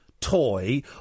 toy